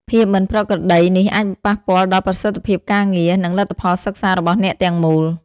ភាពមិនប្រក្រតីនេះអាចប៉ះពាល់ដល់ប្រសិទ្ធភាពការងារ និងលទ្ធផលសិក្សារបស់អ្នកទាំងមូល។